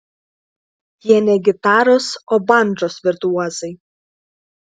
jie ne gitaros o bandžos virtuozai